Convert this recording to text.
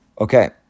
Okay